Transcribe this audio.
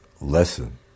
lesson